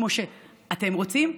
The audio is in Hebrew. כמו שאתם רוצים,